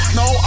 no